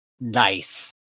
Nice